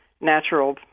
natural